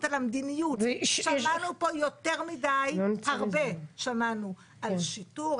שמענו פה יותר מדי הרבה על שיטור,